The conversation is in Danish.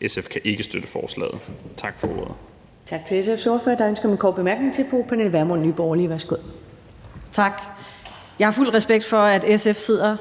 Første næstformand (Karen Ellemann): Tak til SF's ordfører. Der er ønske om en kort bemærkning til fru Pernille Vermund, Nye Borgerlige. Værsgo. Kl. 11:07 Pernille Vermund (NB): Tak. Jeg har fuld respekt for, at SF sidder